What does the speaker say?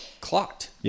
clocked